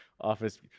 office